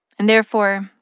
and therefore,